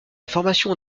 formation